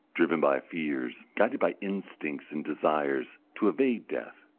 driven by fears, guided by instincts and desires, to evade death,